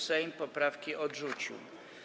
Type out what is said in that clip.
Sejm poprawki odrzucił.